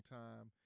time